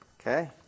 Okay